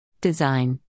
Design